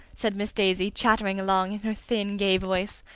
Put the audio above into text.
said miss daisy, chattering along in her thin, gay voice.